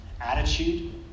attitude